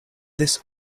this